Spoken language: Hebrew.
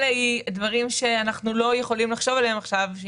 סעיפים כאלה נועדו לדברים שאנחנו לא יכולים לחשוב עליהם עכשיו.